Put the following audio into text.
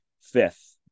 fifth